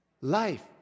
life